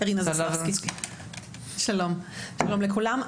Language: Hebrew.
שלום לכולם.